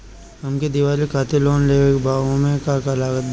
हमके दिवाली खातिर लोन लेवे के बा ओमे का का लागत बा?